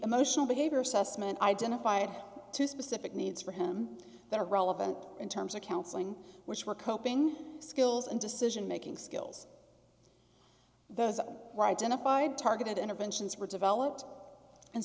emotional behavior assessment identified two specific needs for him that are relevant in terms of counseling which were coping skills and decision making skills those are right in a five targeted interventions were developed and